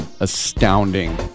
astounding